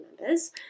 members